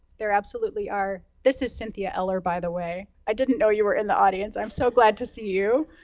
they're absolutely are. this is cynthia eller, by the way. i didn't know you were in the audience, i'm so glad to see you.